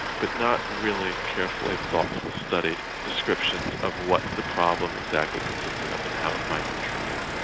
but not really carefully thoughtful studied descriptions of what the problem exactly consisted of and how it might be treated.